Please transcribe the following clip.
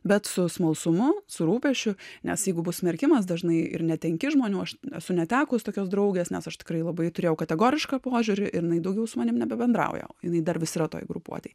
bet su smalsumu su rūpesčiu nes jeigu bus smerkimas dažnai ir netenki žmonių aš esu netekus tokios draugės nes aš tikrai labai turėjau kategorišką požiūrį ir jinai daugiau su manim nebebendrauja jinai dar vis yra toj grupuotėj